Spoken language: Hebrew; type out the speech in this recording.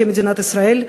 כמדינת ישראל,